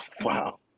Wow